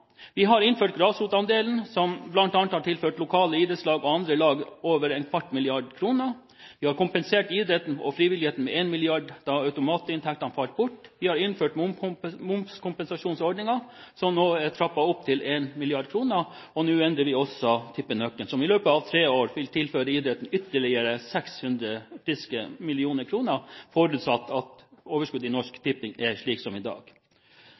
Vi har innført grasrotandelen, som bl.a. har tilført lokale idrettslag og andre lag over en kvart mrd. kr, vi har kompensert idretten og frivilligheten med 1 mrd. kr da automatinntektene falt bort, vi har innført momskompensasjonsordningen – som nå er trappet opp til 1 mrd. kr – og nå endrer vi også tippenøkkelen, som i løpet av tre år vil tilføre idretten ytterligere 600 friske mill. kr, forutsatt at overskuddet i Norsk Tipping er som i dag.